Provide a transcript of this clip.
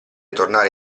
tornare